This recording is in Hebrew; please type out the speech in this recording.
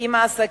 עם העסקים,